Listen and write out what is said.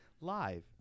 live